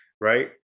Right